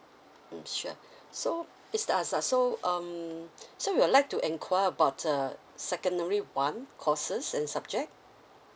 sure so mister azar so um so you would like to enquire about the secondary one courses and subject